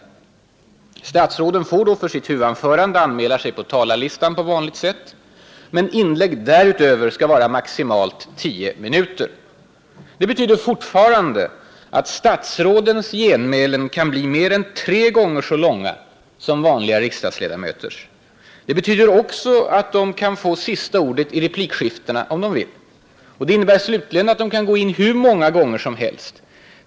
Statsråden får enligt reservationens förslag för sitt huvudanförande anmäla sig på talarlistan på vanligt sätt, men inlägg därutöver skall vara maximalt tio minuter. Det betyder att statsrådens genmälen fortfarande kan bli mer än tre gånger så långa som vanliga riksdagsledamöters. Det betyder också att statsråden får sista ordet i replikskiftena, om de vill. Och det innebär slutligen att de kan gå in i debatten hur många gånger som helst.